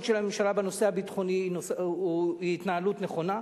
של הממשלה בנושא הביטחוני היא התנהלות נכונה.